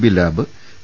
B lab P